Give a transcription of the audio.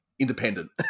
Independent